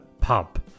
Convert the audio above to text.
Pub